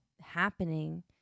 happening